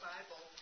Bible